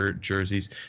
Jerseys